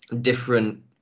different